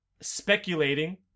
speculating